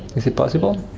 is it possible?